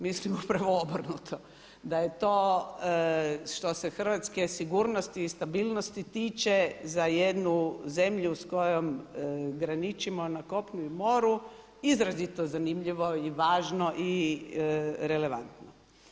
Mislim upravo obrnuto da je to što se hrvatske sigurnosti i stabilnosti tiče za jednu zemlju s kojom graničimo na kopnu i moru izrazito zanimljivo i važno i relevantno.